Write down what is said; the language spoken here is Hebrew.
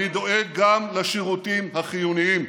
אני דואג גם לשירותים החיוניים,